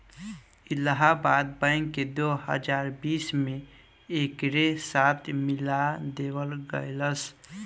Allahabad bank के दो हजार बीस में एकरे साथे मिला देवल गईलस